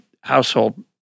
Household